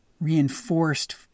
reinforced